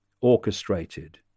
orchestrated